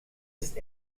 ist